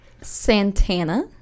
Santana